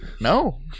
No